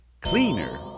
cleaner